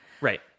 Right